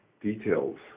details